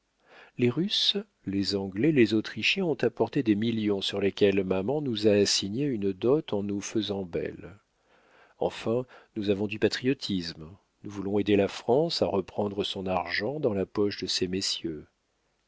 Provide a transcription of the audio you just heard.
les russes les anglais les autrichiens ont apporté des millions sur lesquels maman nous a assigné une dot en nous faisant belle enfin nous avons du patriotisme nous voulons aider la france à reprendre son argent dans la poche de ces messieurs